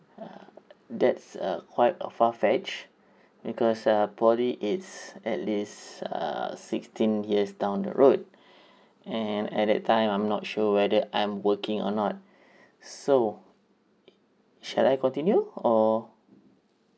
uh that's a quite uh far fetched because uh poly it's at least err sixteen years down the road and at that time I'm not sure whether I'm working or not so shall I continue or